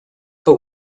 but